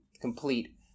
complete